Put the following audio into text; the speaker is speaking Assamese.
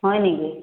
হয় নেকি